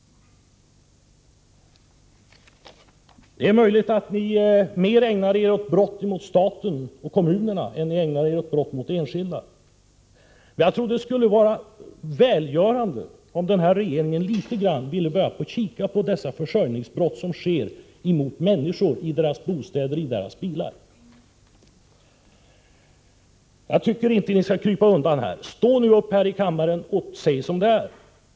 Det är tänkbart att ni mera ägnar er åt brott mot staten och kommunerna, än ni ägnar er åt brott mot enskilda. Jag tror att det skulle vara välgörande om den här regeringen litet grand ville börja titta på dessa försörjningsbrott, som sker emot människor i deras bostäder och i deras bilar. Ni skall inte krypa undan ert ansvar. Stå nu upp här i kammaren och säg som det är!